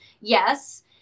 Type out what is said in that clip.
yes